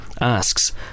asks